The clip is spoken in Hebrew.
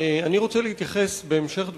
אני רוצה להתייחס בהמשך דבריך,